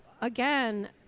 Again